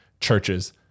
churches